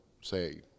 say